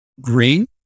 green